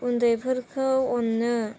उन्दैफोरखौ अननो